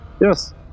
Yes